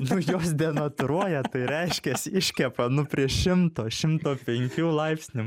nu jos denatūruoja tai reiškias iškepa nu prieš šimto šimto penkių laipsnių